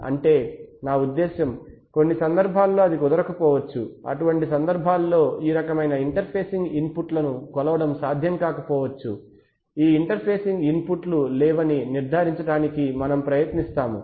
అంటే నా ఉద్దేశ్యం కొన్ని సందర్భాల్లో అది కుదరకపోవచ్చు అటువంటి సందర్భాలలో ఈ రకమైన ఇంటర్ఫేసింగ్ ఇన్పుట్లను కొలవడం సాధ్యం కాకపోవచ్చు ఈ ఇంటర్ఫేసింగ్ ఇన్పుట్లు లేవని నిర్ధారించడానికి మనము ప్రయత్నిస్తాము